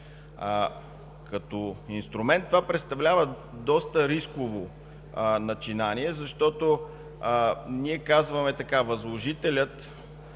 Като инструмент това представлява доста рисково начинание, защото ние казваме, че възложителят